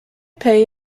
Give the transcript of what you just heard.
pay